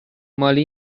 مالی